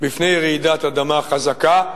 מפני רעידת אדמה חזקה,